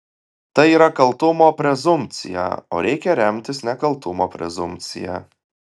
tai yra kaltumo prezumpcija o reikia remtis nekaltumo prezumpcija